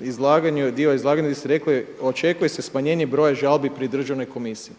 izlaganje, dio izlaganja gdje ste rekli, očekuje se smanjenje broja žalbi pri državnoj komisiji.